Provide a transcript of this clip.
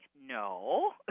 No